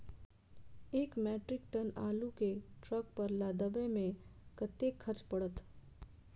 एक metric tonne आलु केँ ट्रक पर लदाबै मे कतेक खर्च पड़त?